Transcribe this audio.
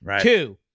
Two